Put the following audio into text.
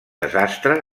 desastre